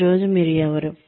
ఈ రోజు మీరు ఎవరు